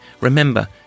Remember